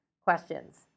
Questions